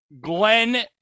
Glenn